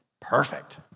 perfect